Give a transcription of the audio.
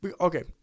okay